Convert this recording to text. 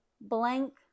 blank